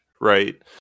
right